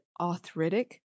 arthritic